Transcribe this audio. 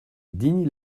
digne